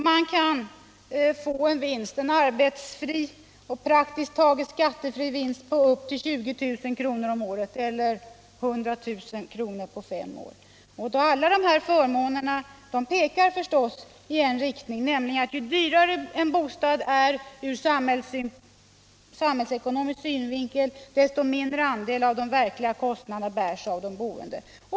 Man kan få en arbetsfri och praktiskt taget skattefri vinst på upp till 20 000 kr. om året, eller 100 000 kr. på fem år. Alla dessa förmåner pekar i samma riktning, nämligen att ju dyrare en bostad är ur samhällsekonomisk synvinkel, desto mindre andel av de verkliga kostnaderna bärs av de boende.